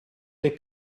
dei